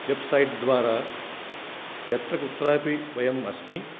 web site द्वारा यत्र कुत्रापि वयं अस्मः